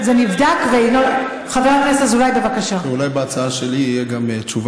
ככה זה בהצעות לסדר-היום.